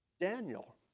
Daniel